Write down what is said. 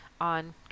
on